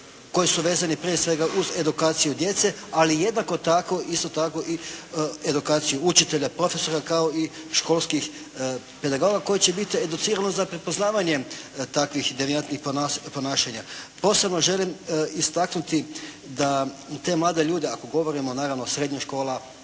koji su vezani prije svega uz edukaciju djece, ali jednako tako, isto tako i edukaciju učitelja, profesora kao i školskih pedagoga koji će biti educirani za prepoznavanjem takvih devijantnih ponašanja. Posebno želim istaknuti da u te mlade ljude, ako govorimo naravno srednja škola,